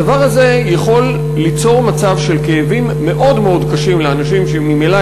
הדבר הזה יכול ליצור מצב של כאבים מאוד מאוד קשים לאנשים שממילא